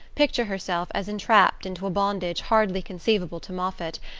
picture herself as entrapped into a bondage hardly conceivable to moffatt,